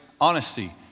honesty